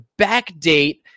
backdate